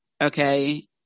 okay